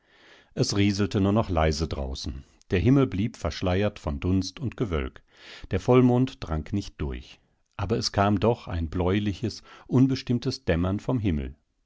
es rieselte nur noch leise draußen der himmel blieb verschleiert von dunst und gewölk der vollmond drang nicht durch aber es kam doch ein bläuliches unbestimmtes dämmern vom himmel